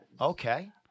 Okay